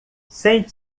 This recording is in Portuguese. sente